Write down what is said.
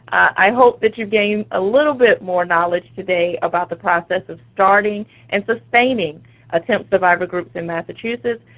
i hope that you've gained a little bit more knowledge today about the process of starting and sustaining attempt survivor groups in massachusetts.